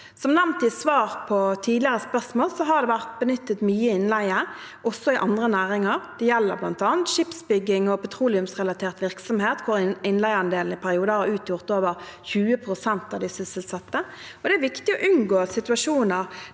Som nevnt i svar på tidligere spørsmål har det vært benyttet mye innleie også i andre næringer. Det gjelder bl.a. skipsbygging og petroleumsrelatert virksomhet, hvor innleieandelen i perioder har utgjort over 20 pst. av de sysselsatte. Det er viktig å unngå situasjoner